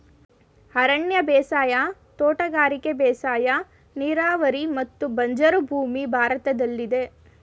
ಅರಣ್ಯ ಬೇಸಾಯ, ತೋಟಗಾರಿಕೆ ಬೇಸಾಯ, ನೀರಾವರಿ ಮತ್ತು ಬಂಜರು ಭೂಮಿ ಭಾರತದಲ್ಲಿದೆ